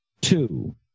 Two